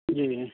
جی